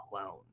alone